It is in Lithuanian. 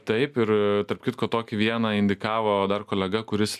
taip ir tarp kitko tokį vieną indikavo dar kolega kuris